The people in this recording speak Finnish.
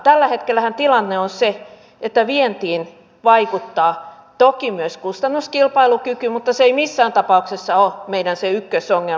tällä hetkellähän tilanne on se että vientiin vaikuttaa toki myös kustannuskilpailukyky mutta se ei missään tapauksessa ole meidän se ykkösongelmamme